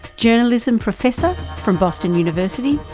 journalism professor from boston university,